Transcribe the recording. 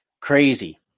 Crazy